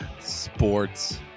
Sports